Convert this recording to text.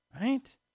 right